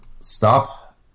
stop